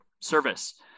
service